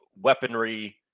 weaponry